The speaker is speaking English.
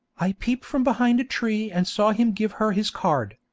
i peeped from behind a tree and saw him give her his card.